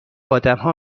آدمها